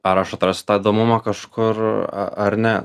ar aš atrasiu to įdomumo kažkur ar ne